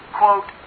quote